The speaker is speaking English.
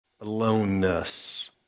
Aloneness